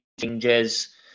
changes